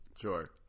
Sure